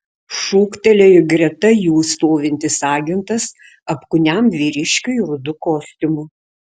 šūktelėjo greta jų stovintis agentas apkūniam vyriškiui rudu kostiumu